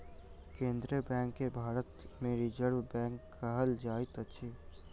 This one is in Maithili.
केन्द्रीय बैंक के भारत मे रिजर्व बैंक कहल जाइत अछि